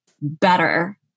better